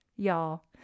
y'all